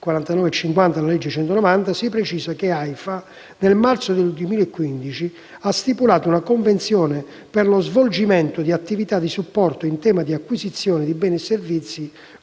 2012, n. 190, si precisa che l'Aifa, nel marzo del 2015, ha stipulato una convenzione per lo svolgimento di attività di supporto in tema di acquisizione di beni e servizi